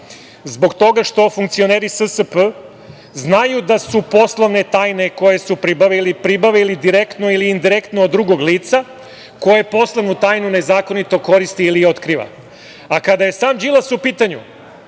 zbog toga što funkcioneri SSP znaju da su poslovne tajne koje su pribavili pribavili direktno ili indirektno od drugog lica koje poslovnu tajnu nezakonito koristi ili otkriva. Kada je sam Đilas u pitanju.